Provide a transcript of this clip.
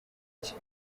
cye